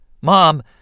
Mom